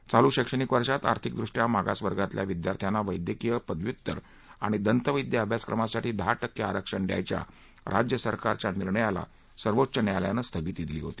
चालू शैक्षणिक वर्षात आर्थिकदृष्ट्या मागासवर्गातल्या विद्यार्थ्यांना वेद्यकीय पदव्युत्तर आणि दंतवेद्य अभ्यासक्रमासाठी दहा िके आरक्षण द्यायच्या राज्यसरकारच्या निर्णयाला सर्वोच्च न्यायालयानं स्थगिती दिली होती